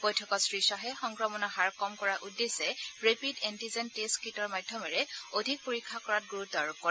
বৈঠকত শ্ৰী শ্বাহে সংক্ৰমণৰ হাৰ কম কৰাৰ উদ্দেশ্যে ৰেপিড এণ্টিজেন টেষ্ট কিটৰ মাধ্যমেৰে অধিক পৰীক্ষা কৰাত গুৰুত্ব আৰোপ কৰে